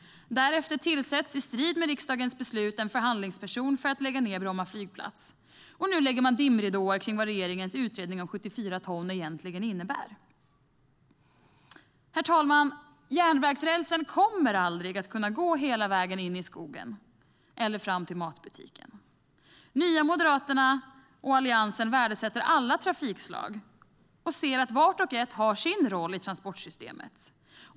Därefter tillsätts i strid med riksdagens beslut en förhandlingsperson för att lägga ned Bromma flygplats. Nu lägger man dimridåer kring vad regeringens utredning om 74 ton egentligen innebär. Herr talman! Järnvägsrälsen kommer aldrig att kunna gå hela vägen in i skogen eller fram till matbutiken. Nya moderaterna och Alliansen värdesätter alla trafikslag och ser att vart och ett har sin roll i transportsystemet.